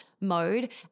mode